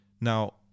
Now